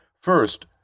First